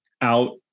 out